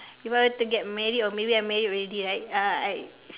if I were to get married or maybe I married already right uh I